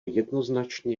jednoznačně